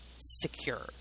secure